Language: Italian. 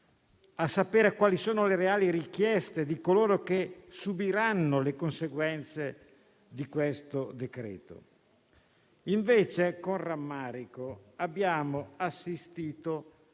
a sapere quali sono le reali richieste di coloro che subiranno le conseguenze di questo decreto-legge. Invece, con rammarico, abbiamo assistito